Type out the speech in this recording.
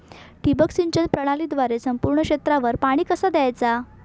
ठिबक सिंचन प्रणालीद्वारे संपूर्ण क्षेत्रावर पाणी कसा दयाचा?